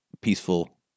peaceful